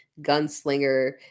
gunslinger